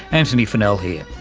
antony funnell here.